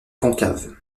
concave